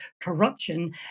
corruption